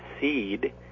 seed